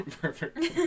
Perfect